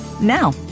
Now